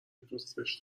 دوستش